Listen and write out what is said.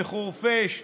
בחורפיש,